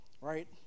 right